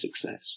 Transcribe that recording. success